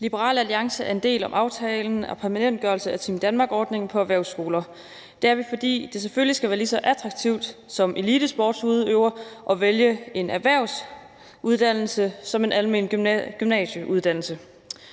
Liberal Alliance er en del af aftalen om permanentgørelse af Team Danmark-ordningen på erhvervsskoler. Det er vi, fordi det som elitesportsudøver selvfølgelig skal være lige så attraktivt at vælge en erhvervsuddannelse som en almen gymnasieuddannelse.